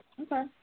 Okay